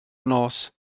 nos